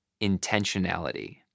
Intentionality